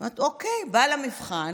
היא אומרת: אוקיי, באה למבחן,